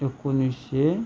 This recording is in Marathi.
एकोणिसशे